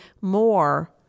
more